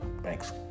Thanks